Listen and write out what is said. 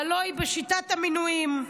והלוא זה בשיטת המינויים.